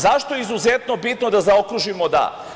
Zašto je izuzetno bitno da zaokružimo „da“